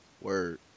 Word